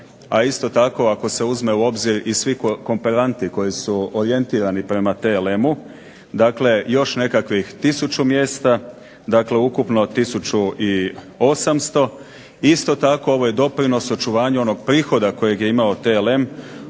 a isto tako ako se uzme u obzir i svi kooperanti koji su orijentirani prema TLM-u, dakle još nekakvih 1000 mjesta, dakle ukupno 1800. Isto tako ovo je doprinos očuvanju onog prihoda kojeg je imao TLM